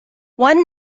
one